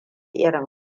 irin